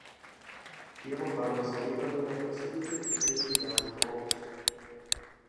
tėvo darbas klaipėdoje pasibaigė hitleriui ją užgrobus